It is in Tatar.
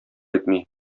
итми